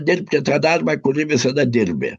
dirbti tą darbą kurį visada dirbi